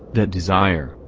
that desire,